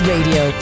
Radio